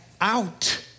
out